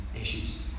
issues